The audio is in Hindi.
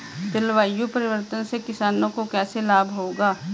जलवायु परिवर्तन से किसानों को कैसे लाभ होगा?